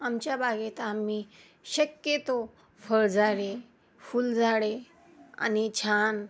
आमच्या बागेत आम्ही शक्यतो फळझाडे फुलझाडे आणि छान